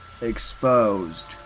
exposed